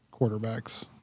quarterbacks